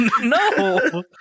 No